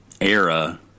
era